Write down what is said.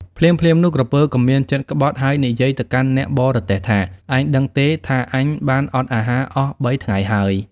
ភ្លាមៗនោះ ក្រពើក៏មានចិត្តក្បត់ហើយនិយាយទៅកាន់អ្នកបរទេះថា ឯងដឹងទេថា អញបានអត់អាហារអស់បីថ្ងៃហើយ។